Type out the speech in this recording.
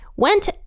went